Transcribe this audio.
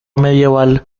medieval